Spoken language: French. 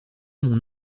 mon